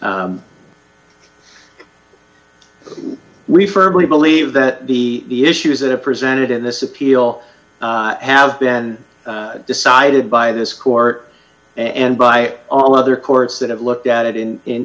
we firmly believe that the issues that are presented in this appeal have been decided by this court and by all other courts that have looked at it in in